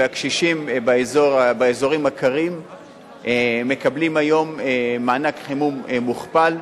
והקשישים באזורים הקרים מקבלים היום מענק חימום מוכפל,